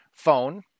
Phone